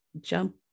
jump